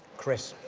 chris.